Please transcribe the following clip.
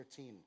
13